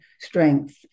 strength